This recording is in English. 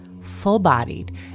full-bodied